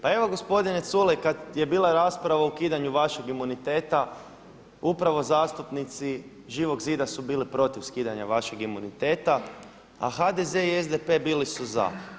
Pa evo gospodine Culej kada je bila rasprava o ukidanju vašeg imuniteta upravo zastupnici Živog zida su bili protiv skidanja vašeg imuniteta a HDZ i SDP bili su za.